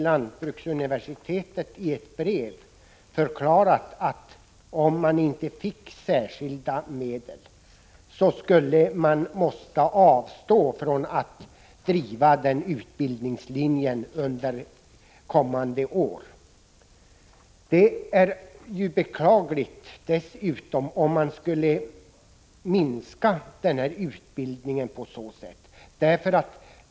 Lantbruksuniversitetet har i ett brev förklarat att universitetet under kommande år måste avstå från att driva utbildningslinjen för skogstekniker om man inte får särskilda medel. Det är beklagligt om utbildningen på så sätt skulle minskas.